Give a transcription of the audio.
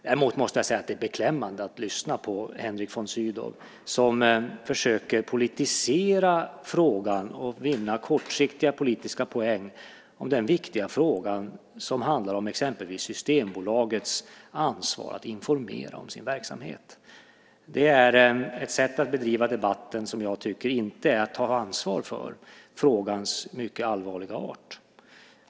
Däremot måste jag säga att det är beklämmande att lyssna på Henrik von Sydow, som försöker politisera frågan och vinna kortsiktiga politiska poäng i den viktiga fråga som handlar exempelvis om Systembolagets ansvar att informera om sin verksamhet. Det vi hörde här är ett sätt att bedriva debatten som jag inte tycker är att ta ansvar för frågans mycket allvarliga art.